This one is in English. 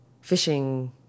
fishing